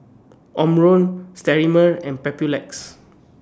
Omron Sterimar and Papulex